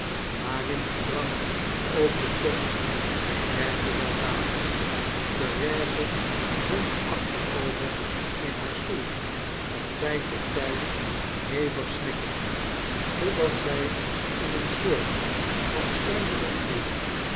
waarin die drank ook bestond hy werkte weldadig therese zonk achterover in haar stoel van tyd tot tyd hevig snikkende totdat zij in een soort van sluimering viel